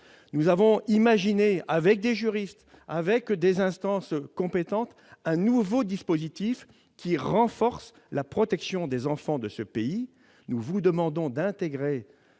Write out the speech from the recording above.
Nous avons imaginé, avec des juristes et des instances compétentes, un nouveau dispositif, qui renforce la protection des enfants de notre pays. Nous vous demandons d'intégrer